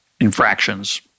infractions